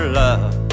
love